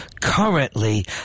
currently